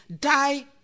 die